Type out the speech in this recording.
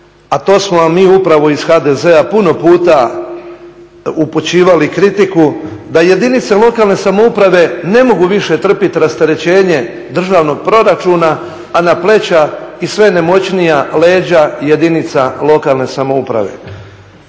a to smo vam mi upravo iz HDZ-a puno puta upućivali kritiku da jedinice lokalne samouprave ne mogu više trpit rasterećenje državnog proračuna, a na pleća i sve nemoćnija leđa jedinica lokalne samouprave.